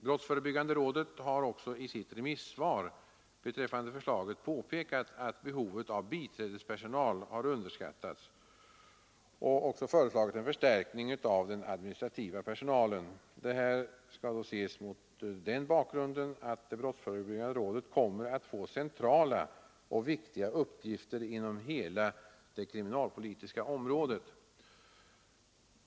Brottsförebyggande rådet har också i sitt remissvar beträffande förslaget påpekat att behovet av biträdespersonal har underskattats och föreslagit en förstärkning av den administrativa personalen. Det här skall ses mot den bakgrunden att det brottsförebyggande rådet kommer att få centrala och viktiga uppgifter inom hela det kriminalpolitiska området.